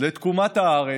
נכנס לארץ,